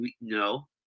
no